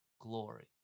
glory